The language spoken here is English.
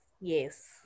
Yes